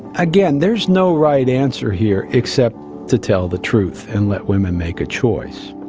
again, there is no right answer here except to tell the truth and let women make a choice.